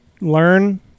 learn